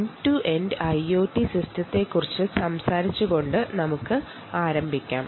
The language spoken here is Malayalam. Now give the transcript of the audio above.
എൻഡ് ടു എൻഡ് ഐഒടി സിസ്റ്റത്തെക്കുറിച്ച് സംസാരിച്ചുകൊണ്ട് നമുക്ക് ഇത് തുടങ്ങാം